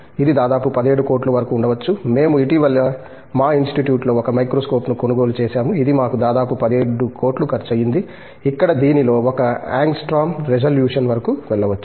ఇది దాదాపు 17 కోట్ల వరకు ఉండవచ్చు మేము ఇటీవల మా ఇన్స్టిట్యూట్లో ఒక మైక్రోస్కోప్ను కొనుగోలు చేసాము ఇది మాకు దాదాపు 17 కోట్లు ఖర్చు అయింది ఇక్కడ దీనిలో 1 యాంగ్స్ట్రోమ్ రిజల్యూషన్ వరకు వెళ్ళవచ్చు